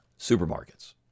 Supermarkets